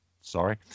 sorry